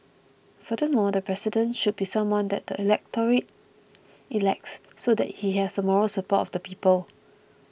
furthermore the President should be someone that the electorate elects so that he has the moral support of the people